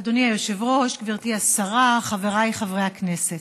אדוני היושב-ראש, גברתי השרה, חבריי חברי הכנסת,